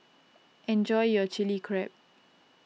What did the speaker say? enjoy your Chili Crab